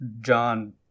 John